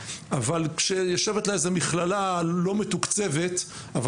אבל כשיושבת לה איזה מכללה לא מתוקצבת אבל